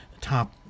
top